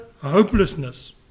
hopelessness